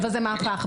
זה מהפך,